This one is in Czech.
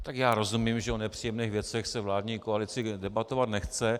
Tak já rozumím, že o nepříjemných věcech se vládní koalici debatovat nechce.